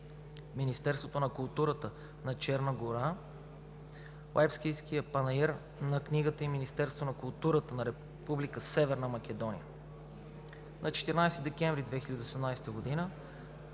Министерството на културата на Черна гора, Лайпцигският панаир на книгата и Министерството на културата на Република Северна Македония. На 14 декември 2018 г.